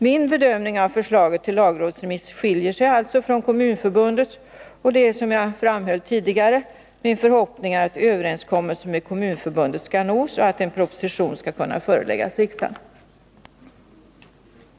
Min bedömning av förslaget till lagrådsremiss skiljer sig alltså från Kommunförbundets, och det är, som jag tidigare framhöll, min förhoppning att en överenskommelse med Kommunförbundet skall nås och att en proposition i frågan skall kunna föreläggas riksdagen. dernas framtida uppgifter